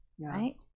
right